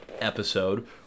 episode